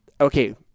okay